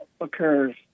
occurs